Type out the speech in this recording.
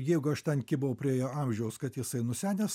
jeigu aš ten kibau prie jo amžiaus kad jisai nusenęs